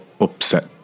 upset